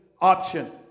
option